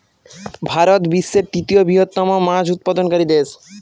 ভারত বিশ্বের তৃতীয় বৃহত্তম মাছ উৎপাদনকারী দেশ